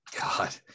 God